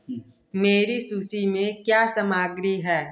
मेरी सूची में क्या सामग्री है